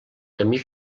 camí